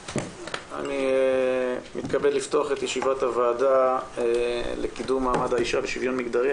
אני מתכבד לפתוח את ישיבת הוועדה לקידום מעמד האישה ולשוויון מגדרי.